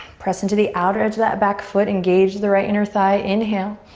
press into the outer edge of that back foot. engage the right inner thigh. inhale.